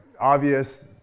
obvious